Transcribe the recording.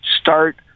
start